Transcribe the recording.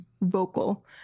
vocal